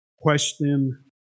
question